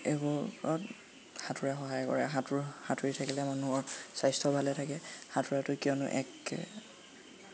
এইবোৰত সাঁতোৰে সহায় কৰে সাঁতোৰ সাঁতুৰি থাকিলে মানুহৰ স্বাস্থ্য ভালে থাকে সাঁতোৰাটো কিয়নো একে